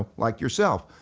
ah like yourself,